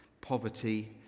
poverty